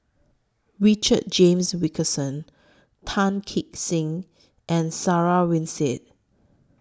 Richard James Wilkinson Tan Kee Sek and Sarah Winstedt